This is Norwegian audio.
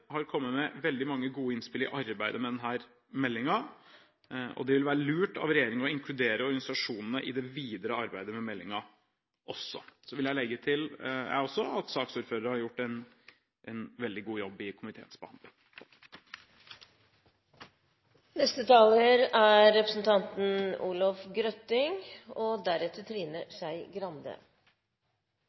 har kommet med veldig mange gode innspill i arbeidet med denne meldingen, og det vil være lurt av regjeringen å inkludere også organisasjonene i det videre arbeidet med meldingen. Så vil også jeg legge til at saksordføreren har gjort en veldig god jobb i komiteens behandling. Global helse er et viktig tema, og